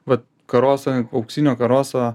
vat karosą auksinio karoso